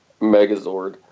Megazord